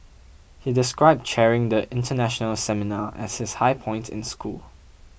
he described chairing the international seminar as his high point in school